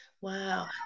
Wow